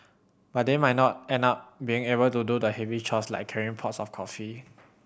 but they might not and not be able to do the heavy chores like carrying pots of coffee